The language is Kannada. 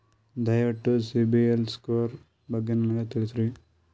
ದಯವಿಟ್ಟು ಸಿಬಿಲ್ ಸ್ಕೋರ್ ಬಗ್ಗೆ ನನಗ ತಿಳಸರಿ?